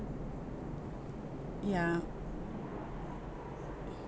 ya